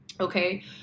Okay